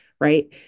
right